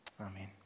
Amen